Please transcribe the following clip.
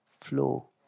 flow